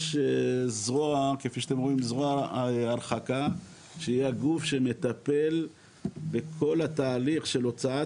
יש זרוע הרחקה שהיא הגוף שמטפל בכל התהליך של הוצאת